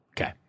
Okay